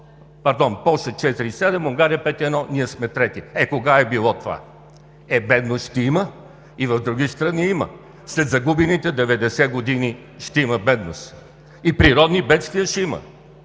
растеж. Полша – 4,7; Унгария – 5,1; ние сме трети. Е кога е било това?! Бедност има, и в други страни има. След загубените – 90-те години – ще има бедност. И природни бедствия ще има.